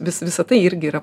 vis visa tai irgi yra